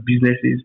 businesses